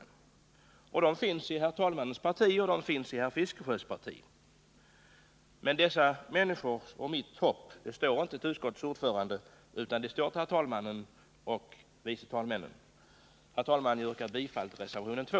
Dessa människor finns i talmannens parti, och de finns i herr Fiskesjös parti. Men dessa människors och mitt hopp står inte till utskottsordföranden, utan det står till talmannen och vice talmännen. Herr talman! Jag yrkar bifall till reservation 2.